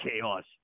chaos